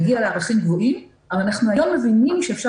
יגיע לערכים גבוהים אבל אנחנו היום מבינים שאפשר